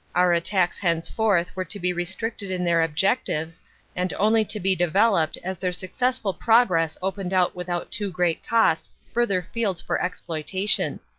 our attacks henceforth were to be restricted in their objectives and only to be devel oped as their successful progress opened out without too great cost further fields for exploitation,